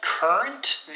Current